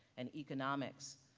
and economics,